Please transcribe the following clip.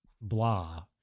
blah